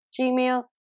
Gmail